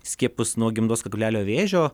skiepus nuo gimdos kaklelio vėžio